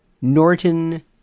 Norton